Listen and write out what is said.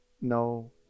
no